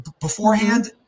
beforehand